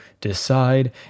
decide